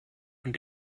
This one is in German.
und